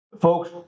Folks